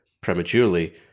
prematurely